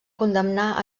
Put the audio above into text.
condemnar